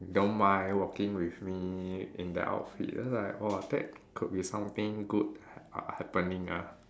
don't mind walking with me in the outfit then like !whoa! that could be something good h~ uh happening ah